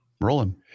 Rolling